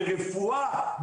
ברפואה,